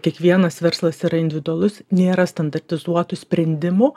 kiekvienas verslas yra individualus nėra standartizuotų sprendimų